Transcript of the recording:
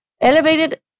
Elevated